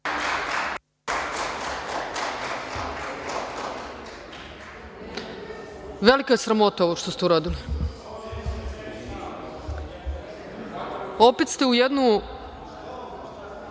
Velika je sramota ovo što ste uradili. Opet ste u jednu